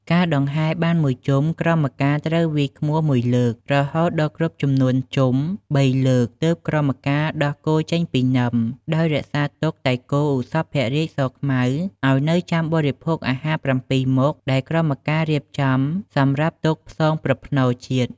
ការដង្ហែរបានមួយជុំ ក្រមការត្រូវវាយឃ្មោះមួយលើក រហូតដល់គ្រប់ចំនួនជុំបីលើក ទើបក្រមការ ដោះគោចេញពីនឹម ដោយរក្សាទុកតែគោ ឧសភរាជ សខ្មៅ ឱ្យនៅចាំបរិភោគអាហារ ៧មុខ ដែលក្រមការរៀបចំសម្រាប់ទុកផ្សងប្រផ្នូលជាតិ។